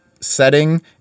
setting